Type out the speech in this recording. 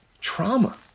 trauma